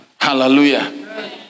Hallelujah